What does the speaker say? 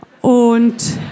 Und